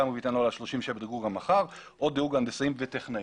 המרבית אינה עולה על דרגה 37 דירוג המח"ר או דירוג ההנדסאים וטכנאים'.